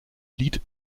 lied